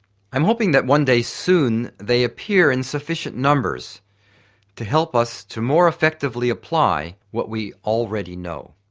i'm hoping that one day soon they appear in sufficient numbers to help us to more effectively apply what we already know.